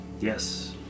Yes